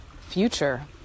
future